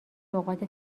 نقاط